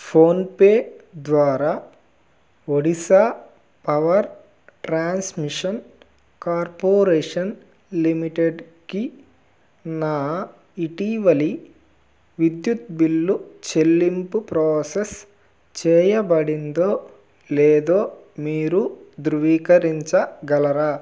phone pay ద్వారా Odisha power transmission corporation లిమిటెడ్కి నా ఇటీవలి విద్యుత్ బిల్లు చెల్లింపు ప్రోసెస్ చేయబడిందో లేదో మీరు ధృవీకరించగలరా